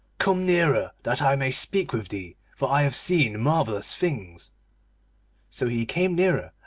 come nearer, that i may speak with thee, for i have seen marvellous things so he came nearer,